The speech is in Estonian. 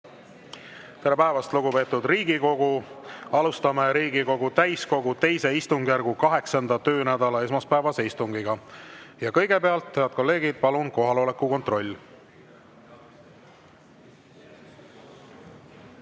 Tere päevast, lugupeetud Riigikogu! Alustame Riigikogu täiskogu II istungjärgu 8. töönädala esmaspäevast istungit. Kõigepealt, head kolleegid, palun kohaloleku kontroll!